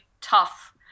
tough